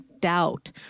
doubt